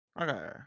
Okay